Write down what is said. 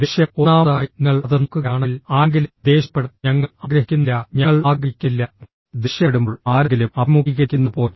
ദേഷ്യം ഒന്നാമതായി നിങ്ങൾ അത് നോക്കുകയാണെങ്കിൽ ആരെങ്കിലും ദേഷ്യപ്പെടാൻ ഞങ്ങൾ ആഗ്രഹിക്കുന്നില്ല ഞങ്ങൾ ആഗ്രഹിക്കുന്നില്ല ദേഷ്യപ്പെടുമ്പോൾ ആരെങ്കിലും അഭിമുഖീകരിക്കുന്നതുപോലെ